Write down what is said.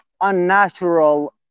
unnatural